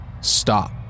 stop